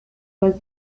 was